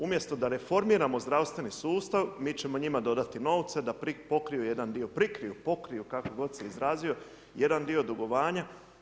Umjesto da reformiramo zdravstveni sustav, mi ćemo njima dodati novce da pokriju jedan dio, prikriju, pokriju, kako god se izrazio, jedan dio dugovanja.